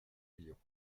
millions